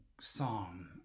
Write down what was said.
psalm